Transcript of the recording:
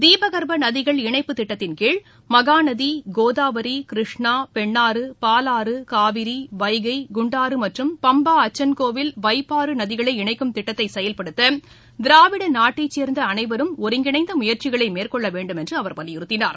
தீபகற்பநதிகள் இணைப்பு திட்டத்தின்கீழ் மகாநதி கோதாவரி கிருஷ்ணா பெண்ணாறு பாலாறு காவிரி வைகை குண்டாறுமற்றும் பம்பா அச்சன்கோவில் வைப்பாறுநதிகளை திட்டத்தைசெயல்படுத்ததிராவிடநாட்டைசேர்ந்தஅனைவரும் இணக்கும் ஒருங்கிணைந்தமுயற்சிகளைமேற்கொள்ளவேண்டும் என்றுஅவர் வலியுறுத்தினார்